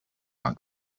like